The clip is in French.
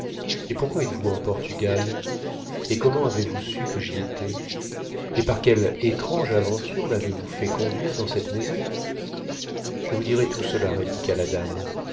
et pourquoi êtes-vous en portugal et comment avez-vous su que j'y étais et par quelle étrange aventure m'avez-vous fait conduire dans cette maison je vous dirai tout cela répliqua la dame